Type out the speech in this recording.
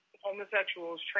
homosexuals